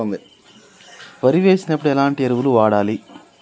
వరి వేసినప్పుడు ఎలాంటి ఎరువులను వాడాలి?